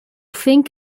think